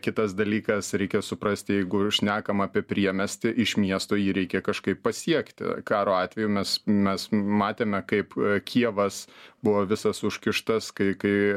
kitas dalykas reikia suprasti jeigu šnekam apie priemiestį iš miesto jį reikia kažkaip pasiekti karo atveju mes mes matėme kaip kijevas buvo visas užkištas kai kai